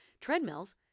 treadmills